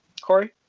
Corey